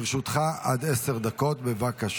לרשותך עד עשר דקות, בבקשה.